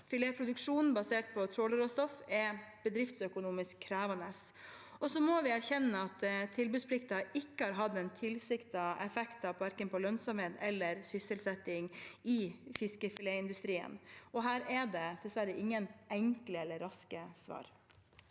Filetproduksjon basert på trålerråstoff er bedriftsøkonomisk krevende. Vi må også erkjenne at tilbudsplikten ikke har hatt den tilsiktede effekten på verken lønnsomhet eller sysselsetting i fiskefiletindustrien. Her er det dessverre ingen enkle eller raske svar.